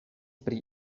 pri